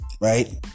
Right